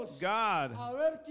God